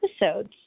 episodes